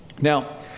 Now